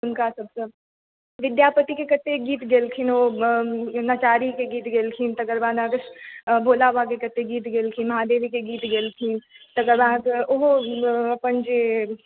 हुनकासभसँ विद्यापतिके कतेक गीत गेलखिन ओ नचारीके गीत गेलखिन तकर बाद अहाँकेँ भोला बाबाके कतेक गीत गेलखिन महादेवके गीत गेलखिन तकर बाद ओहो अपन जे